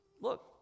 look